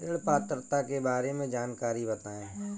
ऋण पात्रता के बारे में जानकारी बताएँ?